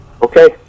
Okay